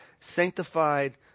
sanctified